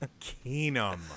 Keenum